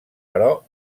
però